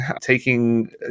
taking